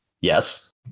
Yes